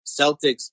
Celtics